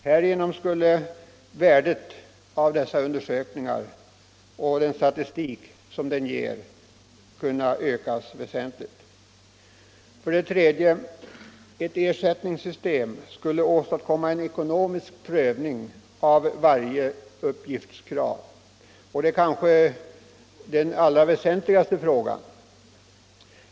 Härigenom skulle vär = giftsoch uppbördsdet av undersökningarna och den därpå grundade statistiken kunna ökas = skyldighet m.m. väsentligt. 3. Ett ersättningssystem skulle åstadkomma en ekonomisk prövning av varje uppgiftskrav, och det är kanske den allra väsentligaste frågan.